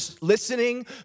listening